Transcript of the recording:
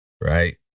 right